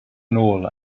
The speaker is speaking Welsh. nôl